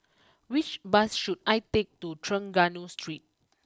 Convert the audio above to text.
which bus should I take to Trengganu Street